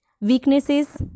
weaknesses